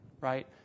right